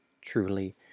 truly